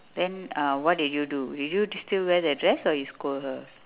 then uh what did you do did you still wear the dress or you scold her